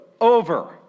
over